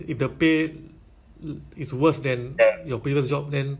ah I forgot the word lowball ah something like lowball ah